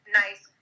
nice